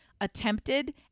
attempted